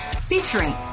featuring